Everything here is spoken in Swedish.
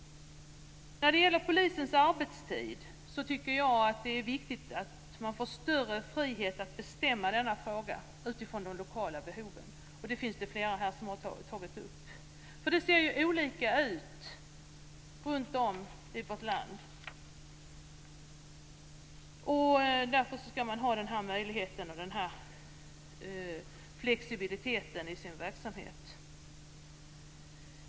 När det gäller polisens arbetstid tycker jag att det är viktigt att ge större frihet att bestämma utifrån de lokala behoven, vilket flera här har tagit upp, för behoven ser ju olika ut runt om i vårt land. Därför skall man ha möjlighet till flexibilitet i sin verksamhet.